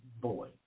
boy